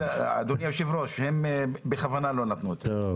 אדוני יושב הראש, הם בכוונה לא נתנו את זה.